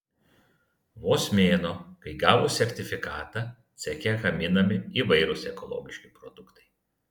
vos mėnuo kai gavus sertifikatą ceche gaminami įvairūs ekologiški produktai